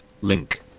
link